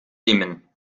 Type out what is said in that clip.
dimmen